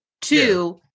two